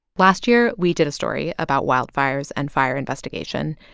last year, we did a story about wildfires and fire investigation.